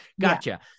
gotcha